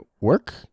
work